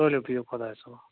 تُلو بِہِو خۄدایَس حوال